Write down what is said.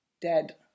dead